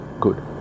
good